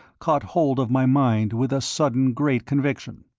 caught hold of my mind with a sudden great conviction.